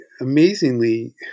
amazingly